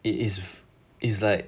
it is is like